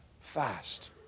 Fast